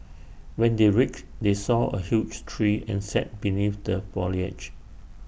when they reached they saw A huge tree and sat beneath the foliage